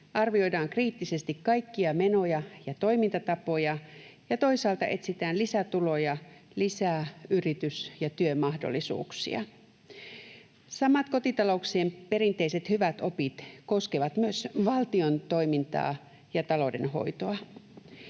arvioidaan kriittisesti kaikkia menoja ja toimintatapoja ja toisaalta etsitään lisätuloja ja lisää yritys- ja työmahdollisuuksia. Samat kotitalouksien perinteiset hyvät opit koskevat myös valtion toimintaa ja taloudenhoitoa.